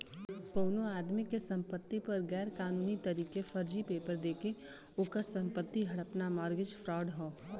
कउनो आदमी के संपति पर गैर कानूनी तरीके फर्जी पेपर देके ओकर संपत्ति हड़पना मारगेज फ्राड हौ